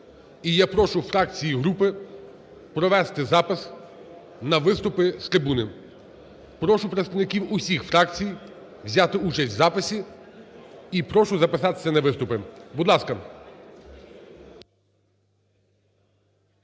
І я прошу фракції і групи провести запис на виступи з трибуни. Прошу представників усіх фракцій взяти участь у записі і прошу записатися на виступи. Будь ласка.